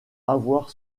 avoir